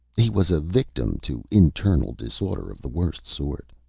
he was a victim to internal disorder of the worst sort.